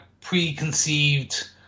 preconceived